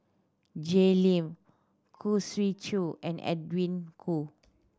Jay Lim Khoo Swee Chiow and Edwin Koo